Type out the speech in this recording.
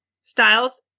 styles